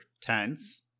tense